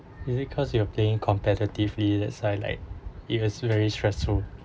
is it cause you are playing competitively let's say like if it's very stressful